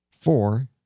four